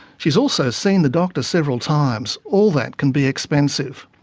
she's also seen the doctor several times. all that can be expensive.